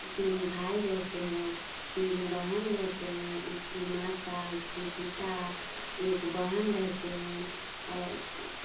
तीन भाई रहते हैं तीन बहन रहते हैं उसकी माता उसके पिता एक बहन रहते हैं और